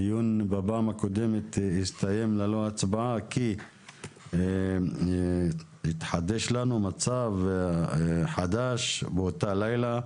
דיון בפעם הקודמת הסתיים ללא הצבעה כי התחדש לנו מצב חדש באותו לילה,